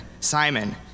Simon